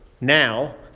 now